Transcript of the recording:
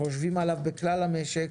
חושבים עליו בכלל המשק,